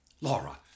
Laura